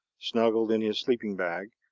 snuggled in his sleeping-bag,